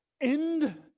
end